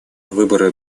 выборы